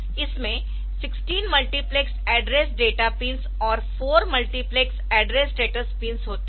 इसमें 16 multiplexed address data pins और 4 multiplexed address status pins होते है